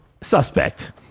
suspect